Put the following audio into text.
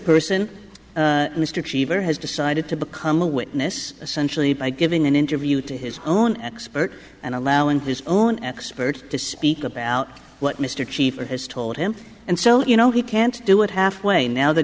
person mr cheever has decided to become a witness essentially by giving an interview to his own expert and allowing his own expert to speak about what mr keefer has told him and so you know he can't do it halfway now the